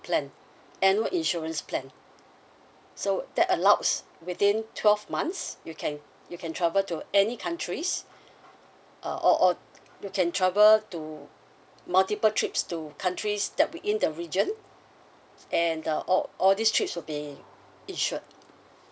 plan annual insurance plan so that allows within twelve months you can you can travel to any countries uh or or you can travel to multiple trips to countries that we in the region and uh all all this trips will be insured